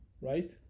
right